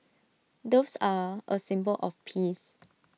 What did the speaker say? doves are A symbol of peace